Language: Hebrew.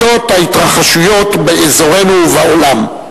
על אודות ההתרחשויות באזורנו ובעולם.